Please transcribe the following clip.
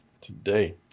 Today